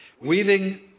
weaving